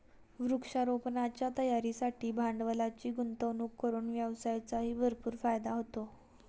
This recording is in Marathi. वृक्षारोपणाच्या तयारीसाठी भांडवलाची गुंतवणूक करून व्यवसायाचाही भरपूर फायदा होतो